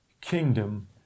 kingdom